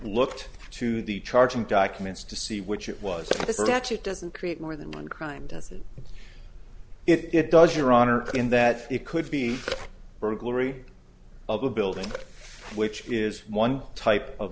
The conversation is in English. looked to the charging documents to see which it was the statute doesn't create more than one crime does it and it does your honor in that it could be burglary of a building which is one type of